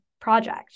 project